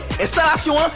installation